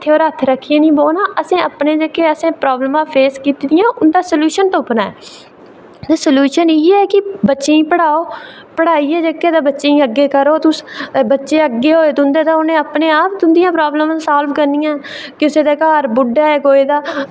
हत्थै र हत्थ रक्खियै निं बौह्ना असें अपनियां जेह्कियां प्रॉब्लमां फेस कीती दियां उंदा सल्यूशन तुप्पना ऐ ते सल्यूशन इ'यै कि बच्चें गी पढ़ाओ ते पढ़ाइयै जेह्का बच्चें गी अग्गें करो तुस ते बच्चे अग्गें होये तां उनें अपने आप तुंदियां प्रॉब्लमां सॉल्व करनियां कुसै दे घर कोई बुड्ढा ऐ तां अगर रोड़ निं ऐ अगर कोई बमार होई जा